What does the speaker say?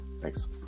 Thanks